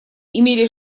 имели